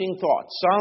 Thoughts